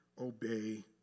obey